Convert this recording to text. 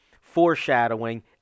foreshadowing